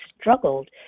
struggled